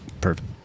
Perfect